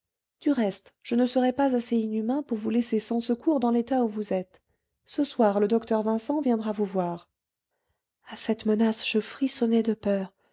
du reste je ne serai pas assez inhumain pour vous laisser sans secours dans l'état où vous êtes ce soir le docteur vincent viendra vous voir à cette menace je frissonnai de peur